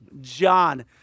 John